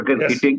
Yes